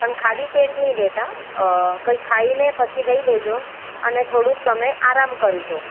પણ ખાલી પેટ નહીં લેતા કાંઈક ખાઈને પછી લઈ લેજો અને થોડુંક તમે આરામ કરી લો